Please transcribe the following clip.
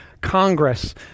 Congress